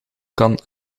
kan